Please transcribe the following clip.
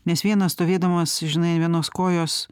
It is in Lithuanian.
nes vienas stovėdamas žinai vienos kojos